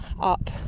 Up